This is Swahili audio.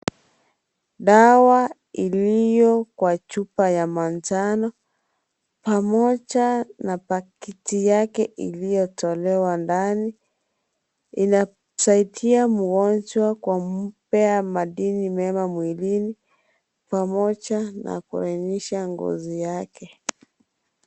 Dawa iliyo kwa chupa ya manjano pamoja na paketi yake iliyotolewa ndani inasaidia mgonjwa kwa kumpea madini mema mwilini pamoja na kuelimisha ngozi yake .